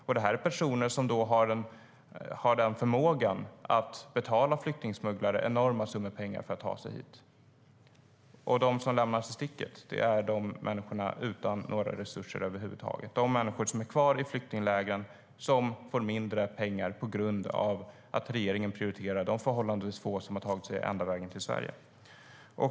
Och det här är personer som har förmågan att betala flyktingsmugglare enorma summor pengar för att ta sig hit. De som lämnas i sticket är människorna utan några resurser över huvud taget. De människor som är kvar i flyktinglägren får mindre pengar på grund av att regeringen prioriterar de förhållandevis få som har tagit sig ända till Sverige.